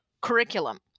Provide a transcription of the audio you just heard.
curriculum